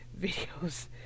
videos